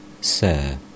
Sir